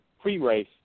pre-race